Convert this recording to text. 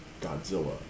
Godzilla